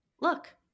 Look